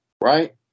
right